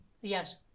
Yes